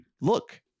look